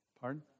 Pardon